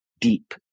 deep